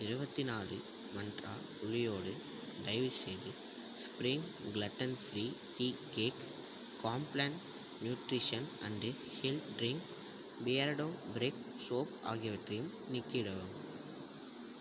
இருபத்தினாலு மந்த்ரா புளியோடு தயவுசெய்து spring gluten free tea cake Complan nutrition and health drink Beardo brick soap ஆகியவற்றையும் நீக்கிடவும்